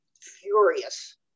furious